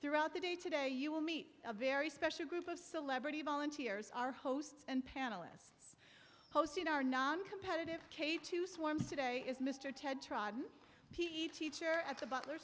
throughout the day today you will meet a very special group of celebrity volunteers our hosts and panelists hosted our noncompetitive k two swarms today is mr ted tron p e teacher at the butler